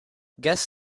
guess